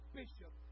bishop